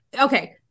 Okay